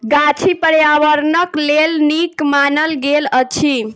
गाछी पार्यावरणक लेल नीक मानल गेल अछि